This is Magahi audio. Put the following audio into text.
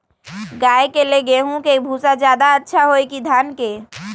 गाय के ले गेंहू के भूसा ज्यादा अच्छा होई की धान के?